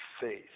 faith